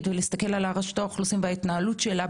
ולהסתכל על רשות האוכלוסין וההתנהלות שלה,